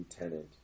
lieutenant